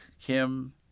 Kim